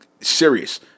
serious